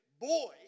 boy